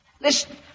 Listen